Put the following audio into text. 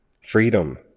freedom